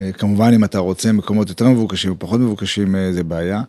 כמובן אם אתה רוצה מקומות יותר מבוקשים ופחות מבוקשים זה בעיה.